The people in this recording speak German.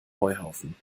heuhaufen